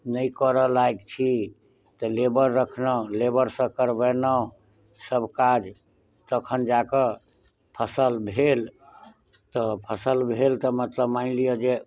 नहि करऽ लाइक छी तऽ लेबर राखलहुॅं लेबर सऽ करबेलहुॅं सब काज तखन जा कऽ फसल भेल तऽ फसल भेल तऽ मतलब मानि लिअ जे